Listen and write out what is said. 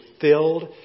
filled